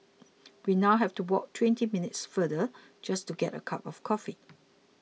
we now have to walk twenty minutes farther just to get a cup of coffee